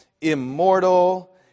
immortal